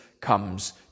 comes